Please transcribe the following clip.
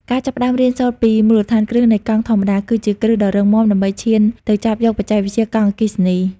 ការចាប់ផ្តើមរៀនសូត្រពីមូលដ្ឋានគ្រឹះនៃកង់ធម្មតា គឺជាគ្រឹះដ៏រឹងមាំដើម្បីឈានទៅចាប់យកបច្ចេកវិទ្យាកង់អគ្គិសនី។